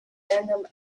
random